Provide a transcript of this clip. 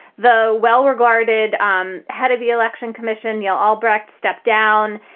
the well regarded um head of the election commission, neil albrecht, stepped down.